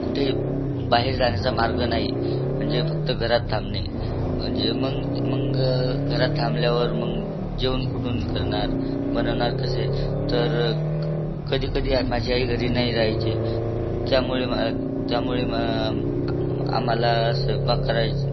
कुठेही बाहेर जाण्याचा मार्ग नाही म्हणजे फक्त घरात थांबणे म्हणजे मग मग घरात थांबल्यावर मग जेवण कुठून करणार बनवणार कसे तर कधीकधी माझी आई घरी नाही राह्यची त्यामुळे मा त्यामुळे मा आम्हाला स्वैंपाक करायचे